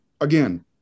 again